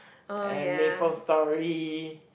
and Maplestory